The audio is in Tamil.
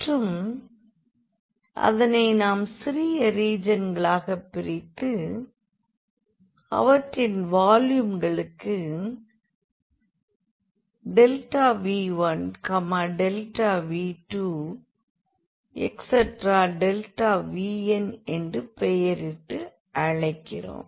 மற்றும் அதனை நாம் சிறிய ரீஜியன்களாக பிரித்து அவற்றின் வால்யூம்களுக்கு V1δV2δVnஎன்று பெயரிட்டு அழைக்கிறோம்